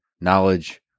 knowledge